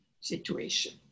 situation